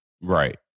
Right